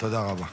תודה רבה.